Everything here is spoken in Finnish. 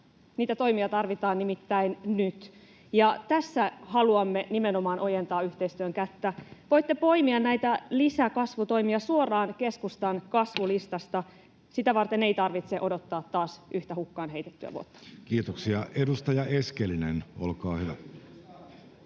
Niitä toimia tarvitaan nimittäin nyt. Ja tässä haluamme nimenomaan ojentaa yhteistyön kättä. Voitte poimia näitä lisäkasvutoimia suoraan keskustan kasvulistasta. Sitä varten ei tarvitse odottaa taas yhtä hukkaan heitettyä vuotta. [Speech 78] Speaker: Jussi